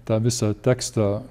tą visą tekstą